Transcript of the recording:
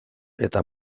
eta